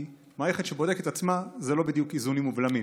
כי מערכת שבודקת את עצמה זה לא בדיוק איזונים ובלמים.